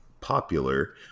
popular